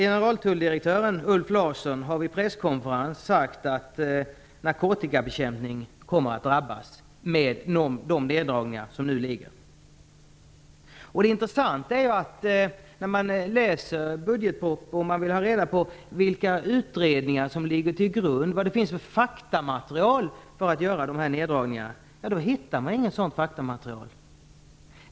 Generaltulldirektör Ulf Larsson har vid en presskonferens sagt att narkotikabekämpningen kommer att drabbas av de neddragningar som nu föreslås. När man då läser budgetpropositionen för att få reda på vilka utredningar och vilket faktamaterial som ligger till grund för dessa neddragningar hittar man inget sådant. Det är intressant.